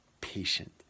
patient